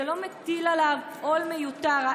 זה לא מטיל עליו עול מיותר.